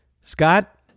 Scott